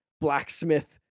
blacksmith